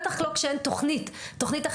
בטח לא כשאין תוכנית אחרת,